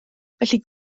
felly